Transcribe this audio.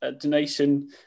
donation